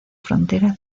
frontera